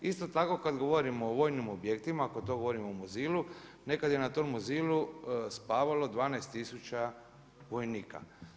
Isto tako kada govorimo o vojnim objektima, ako to govorimo o Muzilu, nekada je na tom Muzilu spavalo 12 tisuća vojnika.